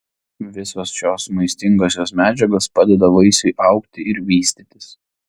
visos šios maistingosios medžiagos padeda vaisiui augti ir vystytis